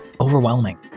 overwhelming